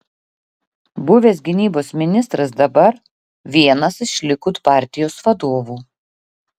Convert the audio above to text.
buvęs gynybos ministras dabar vienas iš likud partijos vadovų